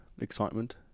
excitement